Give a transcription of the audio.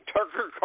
Tucker